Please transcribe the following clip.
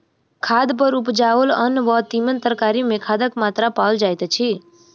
खाद पर उपजाओल अन्न वा तीमन तरकारी मे खादक मात्रा पाओल जाइत अछि